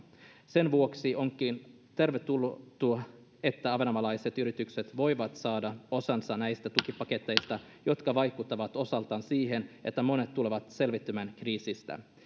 sen vuoksi onkin tervetullutta että ahvenanmaalaiset yritykset voivat saada osansa näistä tukipaketeista jotka vaikuttavat osaltaan siihen että monet tulevat selviytymään kriisistä